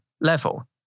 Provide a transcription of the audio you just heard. level